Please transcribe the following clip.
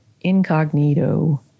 incognito